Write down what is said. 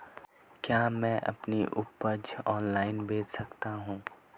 क्या मैं अपनी उपज ऑनलाइन बेच सकता हूँ?